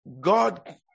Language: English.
God